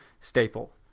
staple